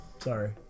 Sorry